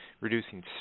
reducing